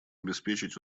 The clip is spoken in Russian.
обеспечить